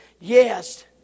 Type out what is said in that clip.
Yes